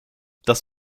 das